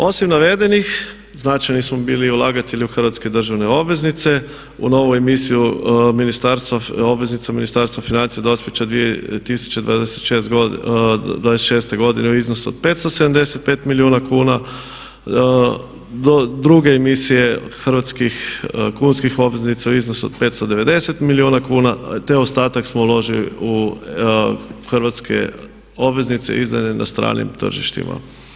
Osim navedenih značajni smo bili ulagatelji u hrvatske državne obveznice, u novu emisiju ministarstva, obveznica Ministarstva financija dospijeća 2026. godine u iznosu od 575 milijuna kuna do druge emisije hrvatskih kunskih obveznica u iznosu od 590 milijuna kuna, te ostatak smo uložili u hrvatske obveznice izdane na stranim tržištima.